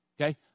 Okay